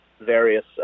various